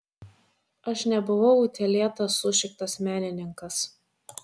aš nebuvau utėlėtas sušiktas menininkas